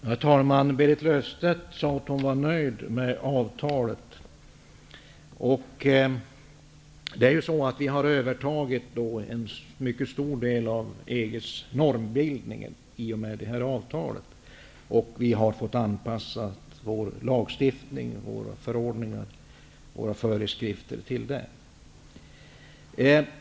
Herr talman! Berit Löfstedt sade att hon var nöjd med avtalet. Vi har i och med det här avtalet övertagit en mycket stor del av EG:s normer. Vi har fått anpassa vår lagstiftning och våra förordningar och föreskrifter därefter.